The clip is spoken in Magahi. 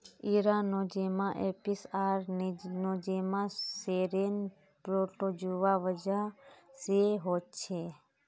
इरा नोज़ेमा एपीस आर नोज़ेमा सेरेने प्रोटोजुआ वजह से होछे